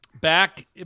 back